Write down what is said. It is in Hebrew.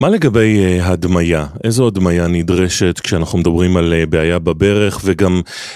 מה לגבי הדמיה? איזו הדמיה נדרשת כשאנחנו מדברים על בעיה בברך וגם...